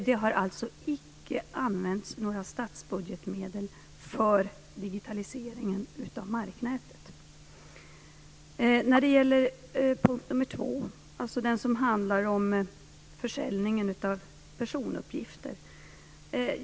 Det har alltså icke använts några statsbudgetmedel för digitaliseringen av marknätet. Den andra punkten handlar om försäljningen av personuppgifter.